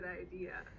idea